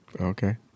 Okay